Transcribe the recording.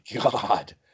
god